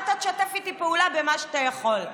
ואתה תשתף איתי פעולה במה שאתה יכול.